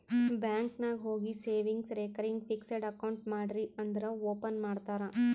bank ನಾಗ್ ಹೋಗಿ savings, recurring, fixed account ಮಾಡ್ರಿ ಅಂದುರ್ ಓಪನ್ ಮಾಡ್ತಾರ್